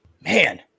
man